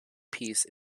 piece